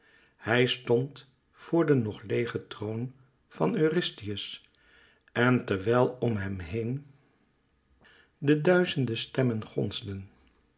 hij stond voor den nog leêgen troon van eurystheus en terwijl om hem heen de duizende stemmen gonsden